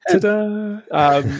Ta-da